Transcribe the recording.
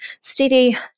steady